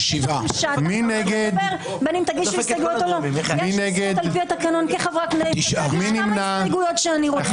יש לי זכות על פי התקנון כחברת כנסת להגיש כמה הסתייגויות שאני רוצה.